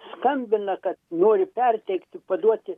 skambina kad nori perteikti paduoti